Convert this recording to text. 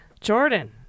jordan